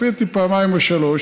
לפי דעתי פעמיים או שלוש,